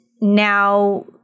now